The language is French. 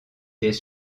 des